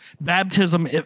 Baptism